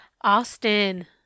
Austin